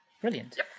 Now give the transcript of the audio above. brilliant